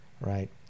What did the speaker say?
right